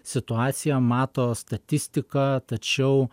situaciją mato statistiką tačiau